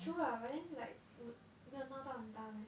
true ah but then like would 没有闹到很大 meh